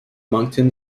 moncton